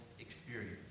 experience